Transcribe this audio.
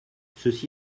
ceci